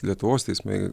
lietuvos teismai